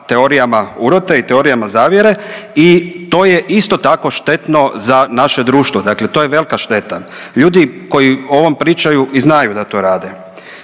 teorijama urote i teorijama zavjere i to je isto tako štetno za naše društvo, dakle, to je velika šteta, ljudi koji o ovom pričaju i znaju da to rade.